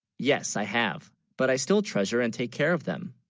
yes i have but i still treasure and take care of them